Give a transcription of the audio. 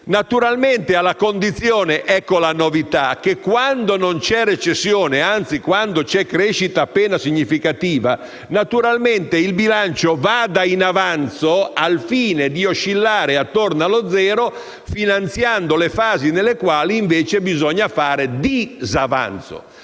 è questa la novità - che quando non c'è recessione, anzi quando c'è crescita appena significativa, naturalmente il bilancio vada in avanzo, al fine di oscillare attorno allo zero finanziando le fasi nelle quali, invece, bisogna fare disavanzo.